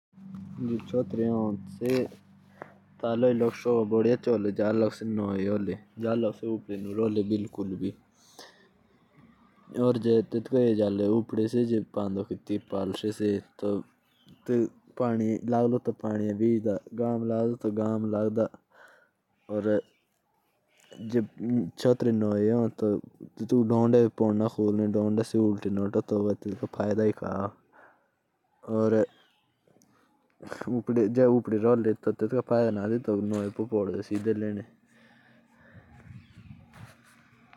जेसे मेरे पास एक छाता है। और अगर वो छाता तोड़ गया तो वो किसी काम का नहीं है।